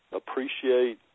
appreciate